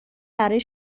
برای